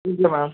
வீட்டில மேம்